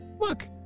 Look